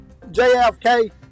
JFK